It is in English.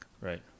Right